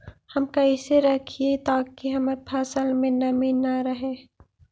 हम कैसे रखिये ताकी हमर फ़सल में नमी न रहै?